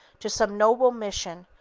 to some noble mission,